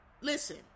Listen